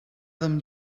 them